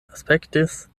aspektis